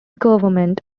government